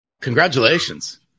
Congratulations